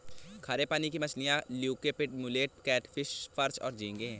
खारे पानी की मछलियाँ क्लूपीड, मुलेट, कैटफ़िश, पर्च और झींगे हैं